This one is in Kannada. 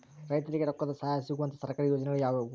ರೈತರಿಗೆ ರೊಕ್ಕದ ಸಹಾಯ ಸಿಗುವಂತಹ ಸರ್ಕಾರಿ ಯೋಜನೆಗಳು ಯಾವುವು?